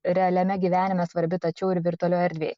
realiame gyvenime svarbi tačiau ir virtualioje erdvėj